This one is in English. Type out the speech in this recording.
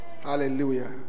Hallelujah